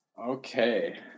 Okay